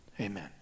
amen